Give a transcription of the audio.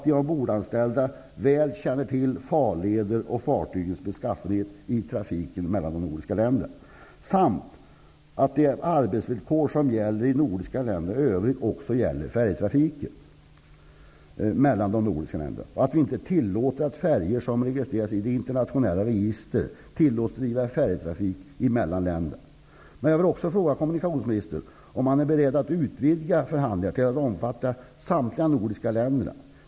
De ombordanställda känner väl till farleder och fartygens beskaffenhet i trafiken mellan de nordiska länderna. De arbetsvillkor som gäller i de nordiska länderna i övrigt skall också gälla färjetrafiken mellan de nordiska länderna. Färjor som registrerats i internationella register skall inte tillåtas att driva färjetrafik mellan länderna. Jag vill fråga kommunikationsministern om han är beredd att utvidga förhandlingarna till att omfatta samtliga nordiska länder.